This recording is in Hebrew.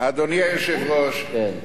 אדוני היושב-ראש,